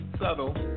Subtle